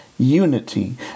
unity